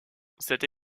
cette